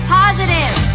positive